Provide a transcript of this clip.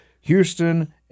Houston